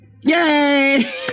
Yay